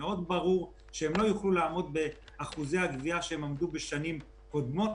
ברור מאוד שהן לא יוכלו לעמוד באחוזי הגבייה שבהם הן עמדו בשנים קודמות.